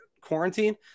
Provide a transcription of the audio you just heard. quarantine